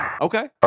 okay